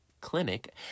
Clinic